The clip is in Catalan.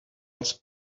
els